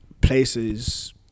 places